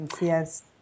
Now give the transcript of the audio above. yes